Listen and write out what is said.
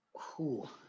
Cool